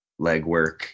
legwork